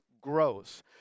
grows